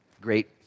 great